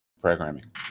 programming